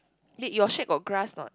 wait your shack got grass or not